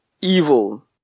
evil